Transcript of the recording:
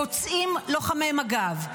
פוצעים לוחמי מג"ב,